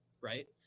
right